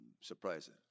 surprising